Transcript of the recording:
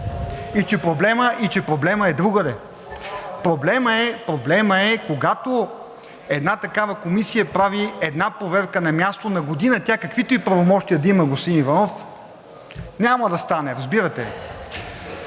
И че проблемът е другаде. Проблемът е, когато една такава комисия прави една проверка на място, на година, тя каквито и правомощия да има, господин Иванов, няма да стане, разбирате ли.